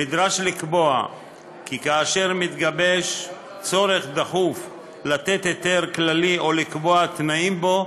נדרש לקבוע כי כאשר מתגבש צורך דחוף לתת היתר כללי או לקבוע תנאים בו,